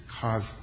cause